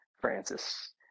Francis